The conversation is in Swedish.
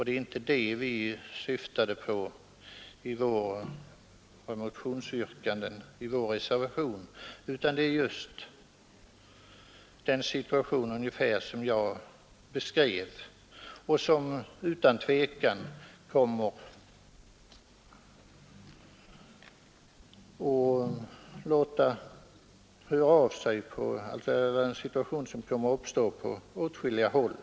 Det är inte detta vi syftar på i motionsyrkandena och i vår reservation, utan just den situation som jag här beskrev och som utan tvivel kommer att uppstå på åtskilliga håll.